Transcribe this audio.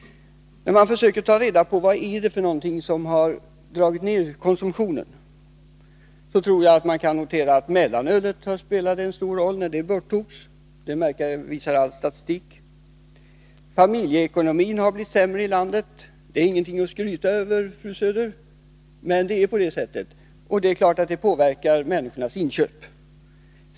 När man försöker ta reda på vad det är som har dragit ner konsumtionen tror jag man kan notera att det har spelat en stor roll att mellanölet borttogs. Det visar också all statistik. Familjeekonomin har blivit sämre i landet — det är ingenting att skryta över, fru Söder, men det är på det sättet, och det är klart att det påverkar människornas alkoholinköp.